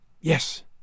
Yes